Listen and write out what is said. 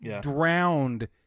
drowned